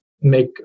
make